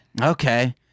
Okay